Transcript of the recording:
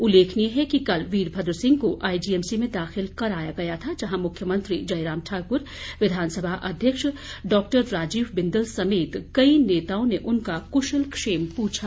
उल्लेखनीय है कि कल वीरभद्र सिंह को आईजीएम सी में दाखिल कराया गया था जहां मुख्यमंत्री जयराम ठाकुर विधानसभा अध्यक्ष डॉ राजीव बिन्दल समेत कई नेताओं ने उनका कुशल क्षेम पूछा